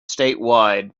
statewide